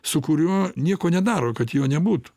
su kuriuo nieko nedaro kad jo nebūtų